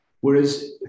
Whereas